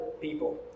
people